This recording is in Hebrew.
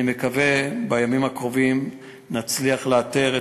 אני מקווה שבימים הקרובים נצליח לאתר את